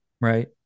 Right